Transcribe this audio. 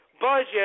budget